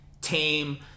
tame